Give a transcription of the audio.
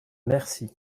mercy